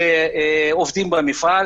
שעובדים במפעל.